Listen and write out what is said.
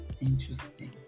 Interesting